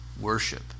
worship